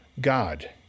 God